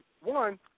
one